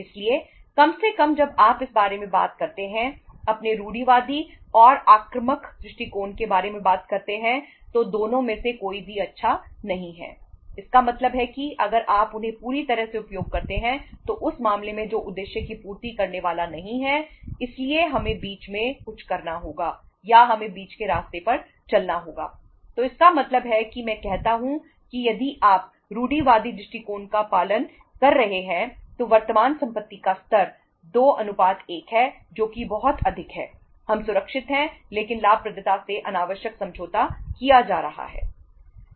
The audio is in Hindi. इसलिए कम से कम जब आप इस बारे में बात करते हैं अपने कंजरवेटिव का स्तर 2 1 है जो कि बहुत अधिक है हम सुरक्षित हैं लेकिन लाभप्रदता से अनावश्यक समझौता किया जा रहा है